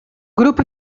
grupo